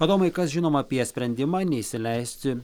adomui kas žinoma apie sprendimą neįsileisti